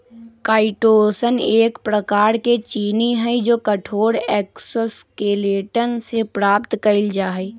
chitosan एक प्रकार के चीनी हई जो कठोर एक्सोस्केलेटन से प्राप्त कइल जा हई